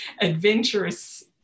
adventurous